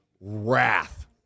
wrath